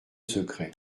secret